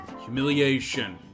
humiliation